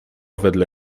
wedle